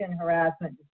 harassment